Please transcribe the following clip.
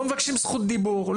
לא מבקשים זכות דיבור,